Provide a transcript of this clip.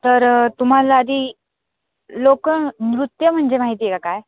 तर तुम्हाला आधी लोकनृत्य म्हणजे माहिती आहे काय